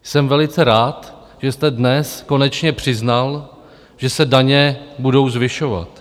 Jsem velice rád, že jste dnes konečně přiznal, že se daně budou zvyšovat.